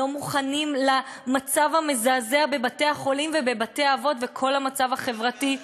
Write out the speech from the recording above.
לא מוכנים למצב המזעזע בבתי-החולים ובבתי-האבות וכל המצב החברתי.